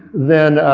then